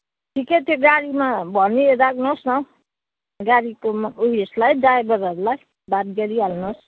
ठिक्कै त्यो गाडीमा भनिराख्नुहोस् न गाडीको उयोसलाई ड्राइभरहरूलाई बात गरिहाल्नुहोस्